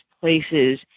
places